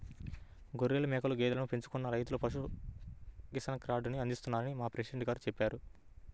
గొర్రెలు, మేకలు, గేదెలను పెంచుతున్న రైతులకు పశు కిసాన్ కార్డుని అందిస్తున్నారని మా ప్రెసిడెంట్ గారు చెప్పారు